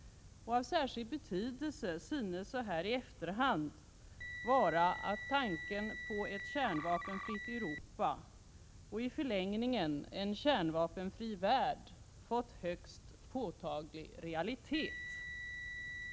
Av särskild betydelse synes så här i efterhand vara att tanken på ett kärnvapenfritt Europa och i förlängningen en kärnvapenfri värld fått högst påtaglig realitet.